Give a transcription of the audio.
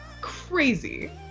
crazy